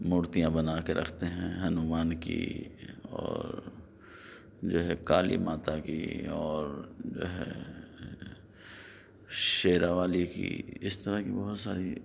مورتیاں بناکے رکھتے ہیں ہنومان کی اور جو ہے کالی ماتا کی اور جو ہے شیرا والی کی اِس طرح کی بہت ساری